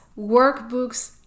workbooks